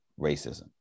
racism